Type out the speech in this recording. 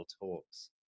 talks